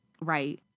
right